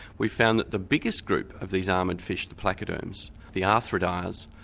we found that the biggest group of these armoured fish, the placoderms, the arthrodires,